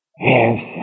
Yes